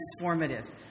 transformative